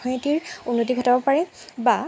অৰ্থনীতিৰ উন্নতি ঘটাব পাৰে বা